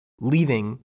leaving